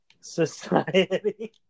Society